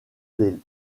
des